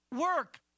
work